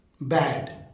bad